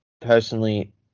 personally